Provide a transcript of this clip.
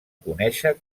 conèixer